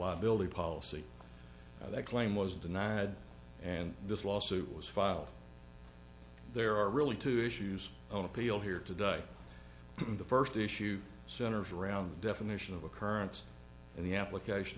building policy that claim was denied and this lawsuit was filed there are really two issues on appeal here today in the first issue centers around the definition of occurrence and the application